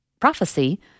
prophecy